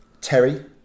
Terry